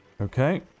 okay